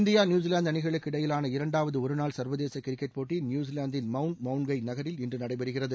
India New Zealand அணிகளுக்கிடையிலான இரண்டாவது ஒருநாள் சர்வதேச கிரிக்கெட் போட்டி நியுசிலாந்தின் மவுண்ட் மவுண்கய் நகரில் இன்று நடைபெறுகிறது